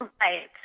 Right